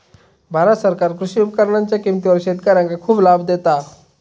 भारत सरकार कृषी उपकरणांच्या किमतीवर शेतकऱ्यांका खूप लाभ देता